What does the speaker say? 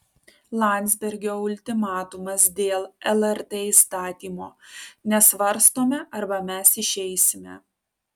landsbergio ultimatumas dėl lrt įstatymo nesvarstome arba mes išeisime